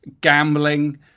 Gambling